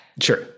Sure